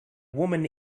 woman